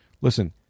Listen